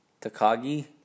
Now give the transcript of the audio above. Takagi